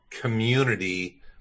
community